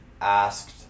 asked